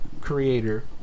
creator